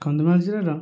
କନ୍ଧମାଳ ଜିଲ୍ଲା ର